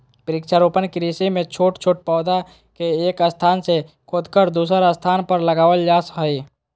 वृक्षारोपण कृषि मे छोट छोट पौधा के एक स्थान से खोदकर दुसर स्थान पर लगावल जा हई